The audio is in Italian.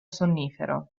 sonnifero